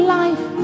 life